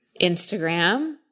Instagram